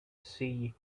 see